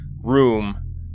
Room